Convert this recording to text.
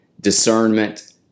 discernment